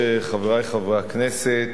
חברי חברי הכנסת,